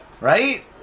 Right